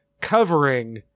covering